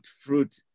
fruit